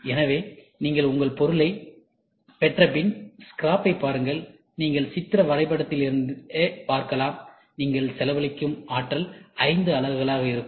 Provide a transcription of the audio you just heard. எனவே நீங்கள் உங்கள் பொருளை பெற்றபின்ஸ்கிராப்பைப் பாருங்கள் நீங்கள் சித்திர வரைபடத்திலிருந்தே பார்க்கலாம் நீங்கள் செலவழிக்கும் ஆற்றல் 5 அலகுகளாக இருக்கும்